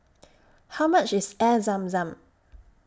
How much IS Air Zam Zam